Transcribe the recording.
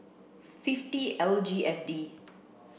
fifty L G F D